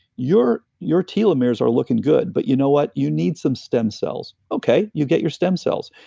your your telomeres are looking good, but you know what? you need some stem cells. okay, you get your stem cells,